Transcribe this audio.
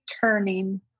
turning